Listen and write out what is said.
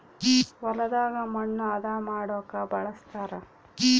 ಹೊಲದಾಗ ಮಣ್ಣು ಹದ ಮಾಡೊಕ ಬಳಸ್ತಾರ